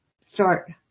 start